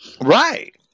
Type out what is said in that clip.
Right